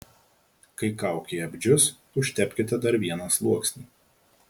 kai kaukė apdžius užtepkite dar vieną sluoksnį